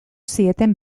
zieten